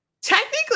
Technically